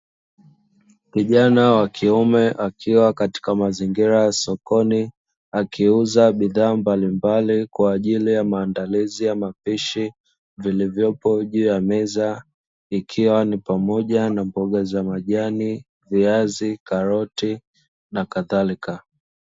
Kijana wa kiume akiwa katika mazingira ya sokoni akiuza bidhaa mbalimbali kwa ajili ya maandalizi ya mapishi vilivyopo juu ya meza; ikiwa ni pamoja na: mboga za majani, viazi, karoti, na kadhalika.